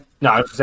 no